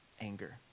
anger